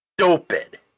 stupid